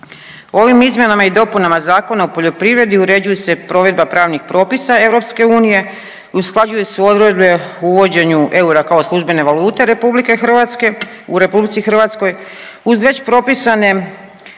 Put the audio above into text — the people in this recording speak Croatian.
Ovim izmjenama i dopunama Zakona o poljoprivredi uređuju se provedba pravnih propisa EU i usklađuju se odredbe o uvođenju eura kao službene valute RH, u RH, uz već propisane